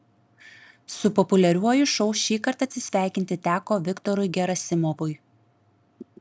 su populiariuoju šou šįkart atsisveikinti teko viktorui gerasimovui